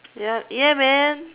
ya ya man